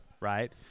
right